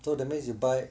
so that means you buy